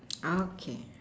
okay